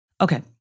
Okay